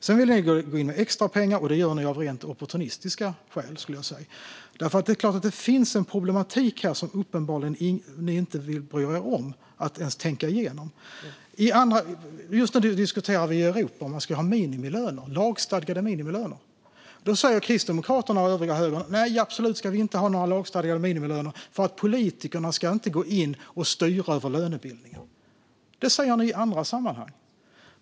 Sedan vill ni gå in med extrapengar. Och det gör ni av rent opportunistiska skäl, skulle jag vilja säga. Det är klart att det finns en problematik som ni uppenbarligen inte vill bry er om att ens tänka igenom. Just nu diskuterar vi att man ska ha lagstadgade minimilöner i Europa. Då säger Kristdemokraterna och övriga högerpartier: Nej, vi ska absolut inte ha några lagstadgade minimilöner eftersom politikerna inte ska gå in och styra över lönebildningen. Detta säger ni i andra sammanhang.